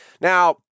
Now